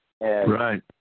Right